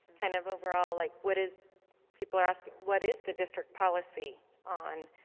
kind of overall like what is people are asking? what is the district policy on?